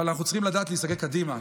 אבל אנחנו צריכים לדעת להסתכל קדימה,